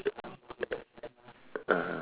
err (uh huh)